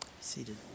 Seated